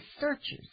searches